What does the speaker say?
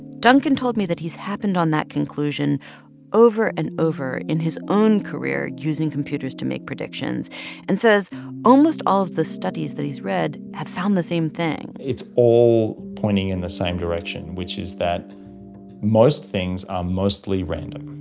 duncan told me that he's happened on that conclusion over and over in his own career using computers to make predictions and says almost all of the studies that he's read have found the same thing it's all pointing in the same direction, which is that most things are mostly random,